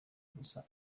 gusa